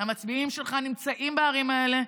המצביעים שלך נמצאים בערים האלה.